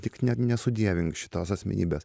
tik ne nesudievink šitos asmenybės